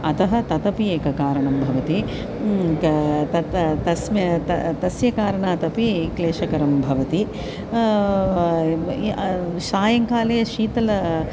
अतः तदपि एकं कारणं भवति त तत तस्मि त तस्य कारणादपि क्लेशकरं भवति सायङ्काले शीतल